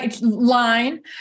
line